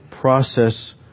process